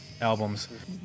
albums